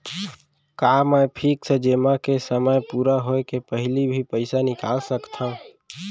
का मैं फिक्स जेमा के समय पूरा होय के पहिली भी पइसा निकाल सकथव?